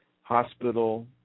hospital